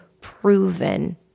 proven